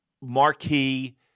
marquee